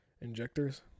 injectors